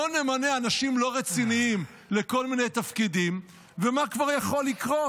בוא נמנה אנשים לא רציניים לכל מיני תפקידים ומה כבר יכול לקרות?